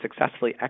successfully